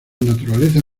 naturaleza